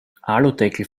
aludeckel